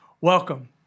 Welcome